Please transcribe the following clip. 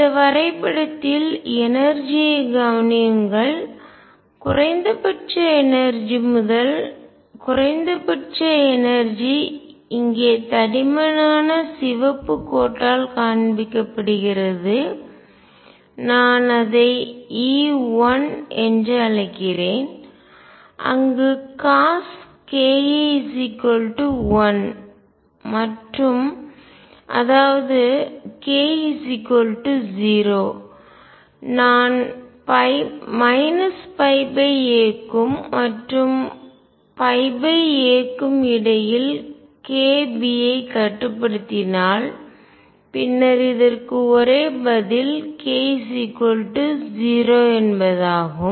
இந்த வரைபடத்தில் எனர்ஜிஆற்றல் ஐ கவனியுங்கள் குறைந்தபட்ச எனர்ஜிஆற்றல் முதல் குறைந்தபட்ச எனர்ஜிஆற்றல் இங்கே தடிமனான சிவப்பு கோட்டால் காண்பிக்கப்படுகிறது நான் அதை E1 என்று அழைக்கிறேன் அங்கு cos ka 1 மற்றும் அதாவது k 0 நான் a க்கும் மற்றும் a க்கும் இடையில் k b ஐ கட்டுப்படுத்தினால் பின்னர் இதற்கு ஒரே பதில் k 0 என்பதாகும்